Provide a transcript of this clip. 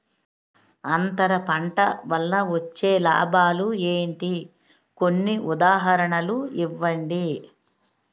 అంతర పంట వల్ల వచ్చే లాభాలు ఏంటి? కొన్ని ఉదాహరణలు ఇవ్వండి?